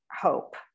hope